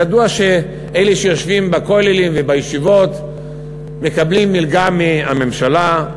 ידוע שאלה שיושבים בכוללים ובישיבות מקבלים מלגה מהממשלה.